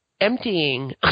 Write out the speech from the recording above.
emptying